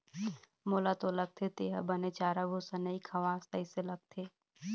मोला तो लगथे तेंहा बने चारा भूसा नइ खवास तइसे लगथे